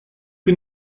que